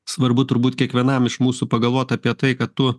svarbu turbūt kiekvienam iš mūsų pagalvot apie tai kad tu